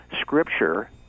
Scripture